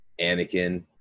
Anakin